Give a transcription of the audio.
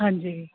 ਹਾਂਜੀ